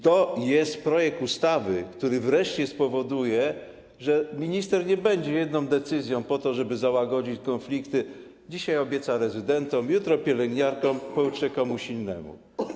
To jest projekt ustawy, który wreszcie spowoduje, że minister nie będzie jedną decyzją po to, żeby załagodzić konflikty, dzisiaj obiecywał rezydentom, jutro pielęgniarkom, pojutrze komuś innemu.